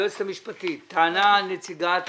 היועצת המשפטית, טענה נציגת